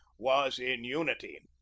was in unity.